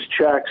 checks